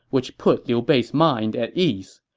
which put liu bei's mind at ease.